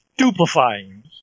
stupefying